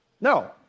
No